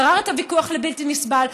גרר את הוויכוח לבלתי נסבל,